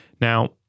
Now